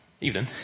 evening